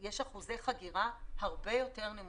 יש אחוזי חגירה הרבה יותר נמוכים.